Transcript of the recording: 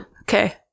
Okay